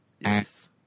Yes